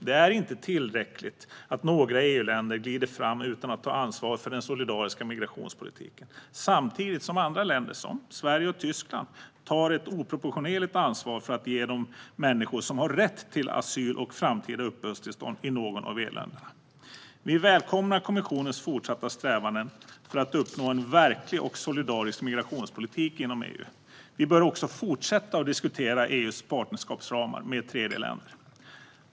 Det är inte tillräckligt att några EU-länder glider fram utan att ta ansvar för den solidariska migrationspolitiken samtidigt som andra länder, som Sverige och Tyskland, tar ett oproportionerligt ansvar för de människor som har rätt till asyl och framtida uppehållstillstånd i något av EU-länderna. Vi välkomnar kommissionens fortsatta strävanden för att uppnå en verklig och solidarisk migrationspolitik inom EU. Vi bör också fortsätta diskutera EU:s partnerskapsramar med tredjeländer.